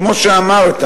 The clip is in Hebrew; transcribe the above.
כמו שאמרת.